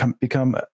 become